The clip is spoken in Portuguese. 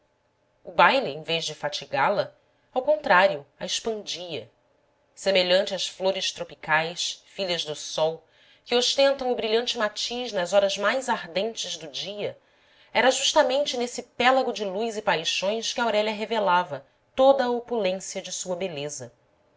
o baile em vez de fatigá la ao contrário a expandia semelhante às flores tropicais filhas do sol que ostentam o brilhante matiz nas horas mais ardentes do dia era justamente nesse pélago de luz e paixões que aurélia revelava toda a opulência de sua beleza